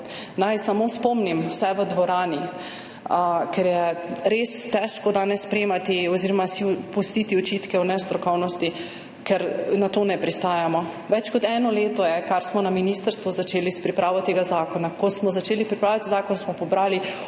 Naj samo spomnim vse v dvorani, ker je res težko danes sprejemati oziroma si pustiti očitke o nestrokovnosti, ker na to ne pristajamo. Več kot eno leto je, kar smo na ministrstvu začeli s pripravo tega zakona. Ko smo začeli pripravljati zakon, smo pobrali